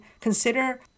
consider